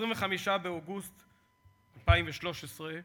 25 באוגוסט 2013,